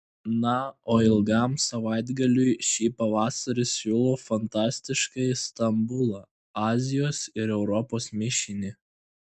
na o ilgam savaitgaliui šį pavasarį siūlau fantastiškąjį stambulą azijos ir europos mišinį